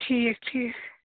ٹھیٖک ٹھیٖک